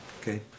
Okay